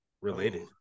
related